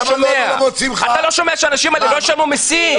הם לא ישלמו מיסים